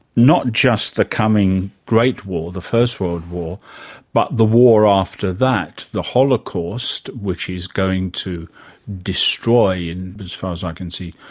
not just the coming great war, the first world war but the war after that, the holocaust which is going to destroy, in, as far as i can see,